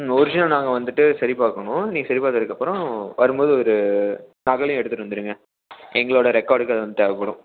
உங்கள் ஒரிஜினல் நாங்கள் வந்துட்டு சரி பார்க்கணும் நீங்கள் சரி பார்த்ததுக்கப்பறம் வரும்போது ஒரு நகலையும் எடுத்துகிட்டு வந்துடுங்க எங்களோடய ரெக்காடுக்கு அது வந்து தேவைப்படும்